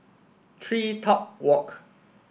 TreeTop Walk